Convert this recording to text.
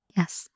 Yes